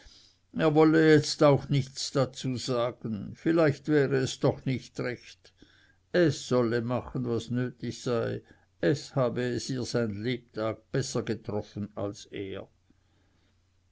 er wolle jetzt auch nichts dazu sagen vielleicht wäre es doch nicht recht es solle machen was nötig sei es habe es ihr sein lebtag besser getroffen als er